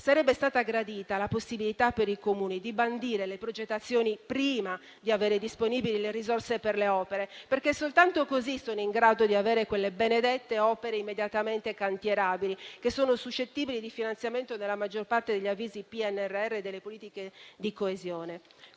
Sarebbe stata gradita la possibilità per i Comuni di bandire le progettazioni prima di avere disponibili le risorse per le opere, perché soltanto così sono in grado di avere quelle benedette opere immediatamente cantierabili, che sono suscettibili di finanziamento nella maggior parte degli avvisi PNRR e delle politiche di coesione.